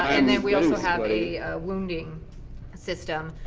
and then we also have a wounding system,